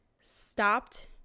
stopped